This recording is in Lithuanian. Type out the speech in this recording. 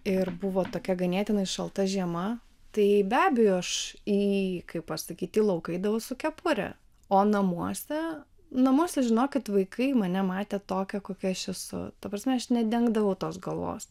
ir buvo tokia ganėtinai šalta žiema tai be abejo aš į kai pasakyti į lauką eidavau su kepure o namuose namuose žinokit vaikai mane matė tokią kokia aš esu ta prasme aš nedengdavo tos galvos